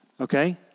okay